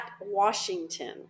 Washington